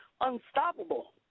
unstoppable